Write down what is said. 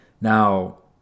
Now